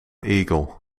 eagle